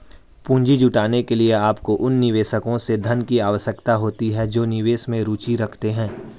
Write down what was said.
पूंजी जुटाने के लिए, आपको उन निवेशकों से धन की आवश्यकता होती है जो निवेश में रुचि रखते हैं